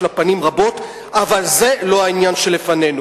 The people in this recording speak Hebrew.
יש לה פנים רבות, אבל זה לא העניין שלפנינו.